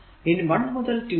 ഇനി 1 മുതൽ 2 വരെ